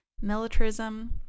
militarism